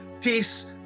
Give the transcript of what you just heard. peace